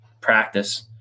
practice